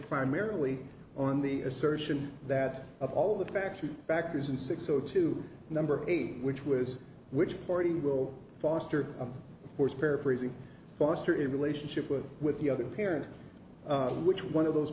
primarily on the assertion that of all the factors factors and six so to number eight which was which party will foster of course paraphrasing foster in relationship with with the other parent and which one of those